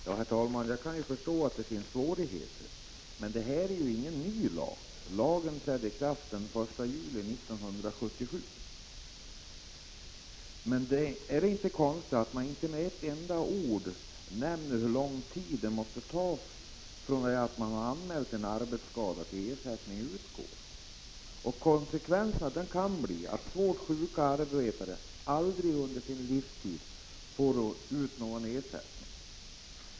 Herr talman! Jag förstår att det finns svårigheter. Men det gäller inte någon ny lag. Den här lagen trädde ju i kraft den 1 juli 1977. Jag frågade därför: Är det inte konstigt att man inte med ett enda ord nämner hur lång tid det tar från den dag en arbetsskada anmäls och till dess att ersättning utgår? Konsekvensen kan ju bli att svårt sjuka arbetare under sin livstid aldrig får någon ersättning.